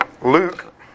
Luke